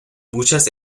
muchas